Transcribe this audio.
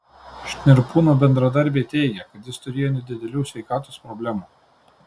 šnirpūno bendradarbiai teigė kad jis turėjo nedidelių sveikatos problemų